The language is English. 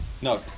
No